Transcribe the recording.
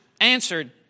answered